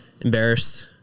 Embarrassed